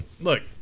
look